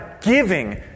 giving